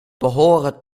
behoren